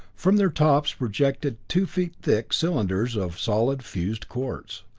from their tops projected two-feet-thick cylinders of solid fused quartz.